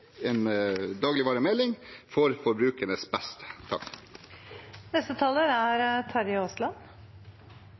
en dagligvaremelding til forbrukernes beste.